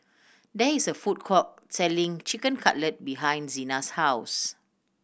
there is a food court selling Chicken Cutlet behind Xena's house